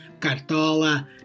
Cartola